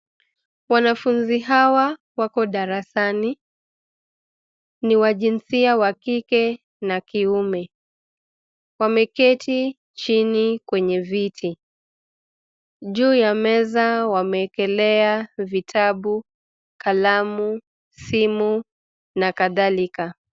Wanafunzi hawa wako darasani. Ni wa jinsia wa kike na kiume. Wameketi chini kwenye viti. Juu ya meza wamewekelea vitabu, kalamu, simu na kadhalika.